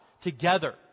together